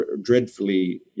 dreadfully